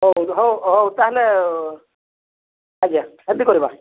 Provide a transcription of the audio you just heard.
ହେଉ ହେଉ ତା'ହେଲେ ଆଜ୍ଞା ଏମିତି କରିବା